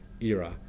era